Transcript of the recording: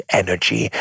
energy